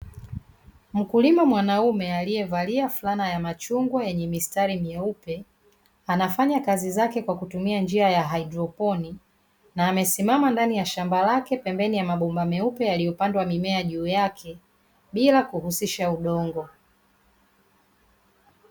Mkulima mwanaume aliyevalia fulana ya machungwa yenye mistari meupe, anafanya kazi zake kwa kutumia njia ya haidroponi, na amesimama ndani ya shamba lake pembeni ya mabomba meupe yaliyopandwa mimea juu yake, bila kuhusisha udongo.